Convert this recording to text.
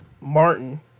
Martin